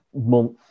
month